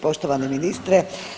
Poštovani ministre.